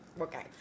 Okay